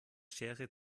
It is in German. schere